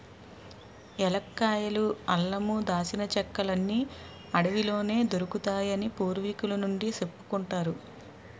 ఏలక్కాయలు, అల్లమూ, దాల్చిన చెక్కలన్నీ అడవిలోనే దొరుకుతాయని పూర్వికుల నుండీ సెప్పుకుంటారు